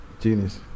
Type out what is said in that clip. genius